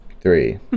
Three